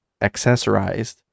accessorized